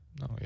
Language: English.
No